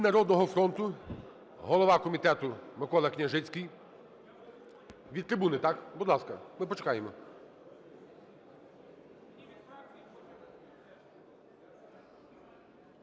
"Народного фронту" голова комітету Микола Княжицький. Від трибуни, так? Будь ласка. Ми почекаємо.